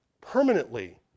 permanently